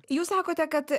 jūs sakote kad